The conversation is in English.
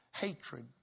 Hatred